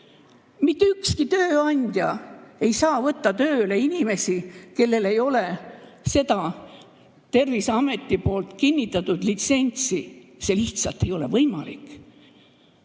Mitte ükski tööandja ei saa võtta tööle inimesi, kellel ei ole Terviseametis kinnitatud litsentsi, see lihtsalt ei ole võimalik.